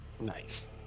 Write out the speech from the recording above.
Nice